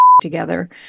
together